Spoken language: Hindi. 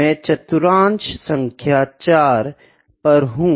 मैं चतुर्थांश सांख्य 4 पर हूँ